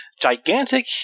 gigantic